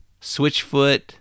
Switchfoot